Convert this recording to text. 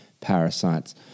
parasites